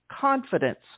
confidence